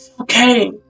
okay